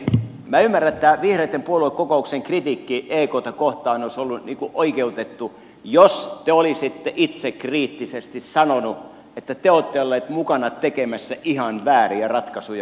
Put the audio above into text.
minä ymmärrän että tämä vihreitten puoluekokouksen kritiikki ekta kohtaan olisi ollut ikään kuin oikeutettu jos te olisitte itsekriittisesti sanoneet että te olette olleet mukana tekemässä ihan vääriä ratkaisuja